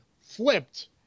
flipped